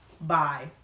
Bye